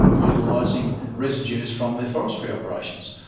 utilising residues from their forestry operations.